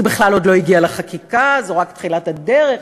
זה בכלל עוד לא הגיע לחקיקה, זו רק תחילת הדרך.